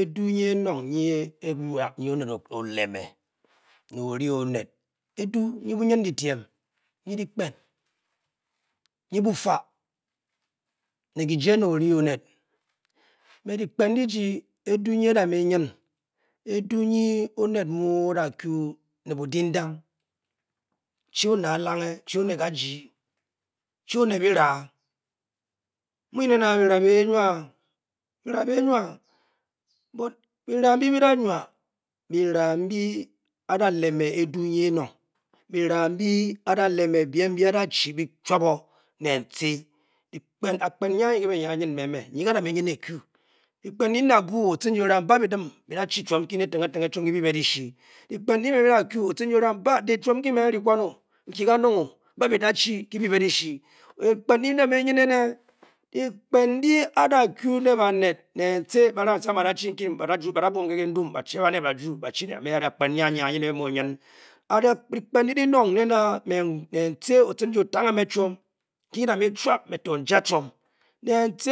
Edu nyi enong nyi enwo onet oleme me that ne ori onet edu nyi bynindidyme nyi dyikpen. nyi bu'ja'. ne kijerine ori-onet me dyikpen ndyi-ji edu'nyi e-da'me nyn edu' nyi onet mu. o. da ku ne būdinding. chi-onet a'longe. chi-onet kaiji-chi. onet byiraa. mu'nyn nen byiraa bii-nwa. byiraa nbyi-byi da'nwa byirea nbyi a'da 'emē edu nyi ēnōug byirāā a-da'chi byiem kyi. chwap o-ne-ci dyikpen ndyi-ahyi ke dyi da. me nyn ku dyikpen ndyi be byi da ku. o-cen o'fu baa-bi-de byi be dyshi dyikpen a dy. ke ayi-ou me nyn me uyi ka da me nyn e-ku dyikpen 'n'du ku o-cin ji o'raa' ryi chwom nkyi nkyi ba'byi da chi ky. by be da shee. akpen nyi anyi kee a'da me nyn. dyikpen ndyi a'da ku ne banet ba'fu baa'by dim che' banet byiju dikpen ndy anyi de nyn me. dyikpen ndyi dynong o-cinji ofange. me chom nkyi-kyi da-chwap n'chwap n'je chom. ne a-ci